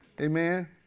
Amen